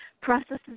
processes